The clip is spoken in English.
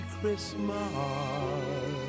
Christmas